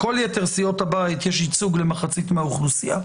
בכל יתר סיעות הבית יש ייצוג למחצית מהאוכלוסייה,